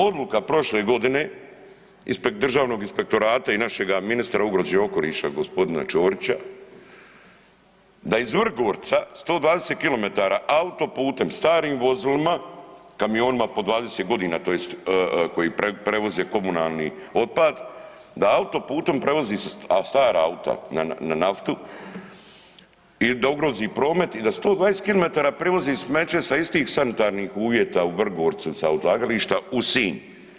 Odluka prošle godine ispred državnog inspektorata i našega ministra ugroze i okoliša g. Ćorića da iz Vrgorca 120 km autoputem starim vozilima, kamionima po 20.g. tj. koji prevoze komunalni otpad, da autoputom prevozi se, a stara auta na naftu i da ugrozi promet i da 120 km prevozi smeće sa istih sanitarnih uvjeta u Vrgorcu sa odlagališta u Sinj.